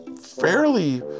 fairly